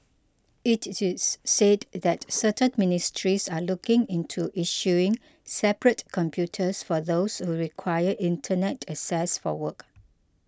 it it is said that certain ministries are looking into issuing separate computers for those who require Internet access for work